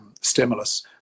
stimulus